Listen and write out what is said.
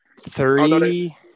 Three